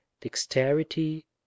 Dexterity